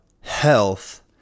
health